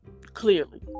clearly